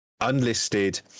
unlisted